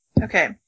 Okay